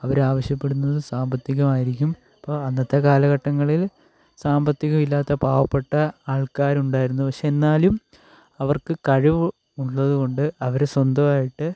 അവരാവശ്യപ്പെടുന്നത് സാമ്പത്തികമായിരിക്കും അപ്പം അന്നത്തെ കാലഘട്ടങ്ങളിൽ സാമ്പത്തികം ഇല്ലാത്ത പാവപ്പെട്ട ആൾക്കാരുണ്ടായിരുന്നു പക്ഷേ എന്നാലും അവർക്ക് കഴിവ് ഉള്ളത് കൊണ്ട് അവർ സ്വന്തമായിട്ട്